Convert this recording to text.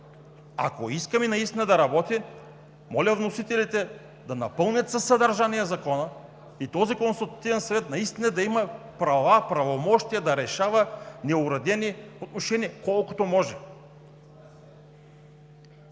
Ако искаме наистина той да работи, моля вносителите да напълнят със съдържание Закона и този консултативен съвет наистина да има права, правомощия да решава неуредени отношения, доколкото може.